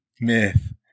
myth